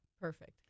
Perfect